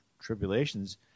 tribulations